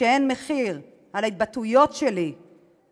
שאין מחיר על ההתבטאויות שלי בתקשורת,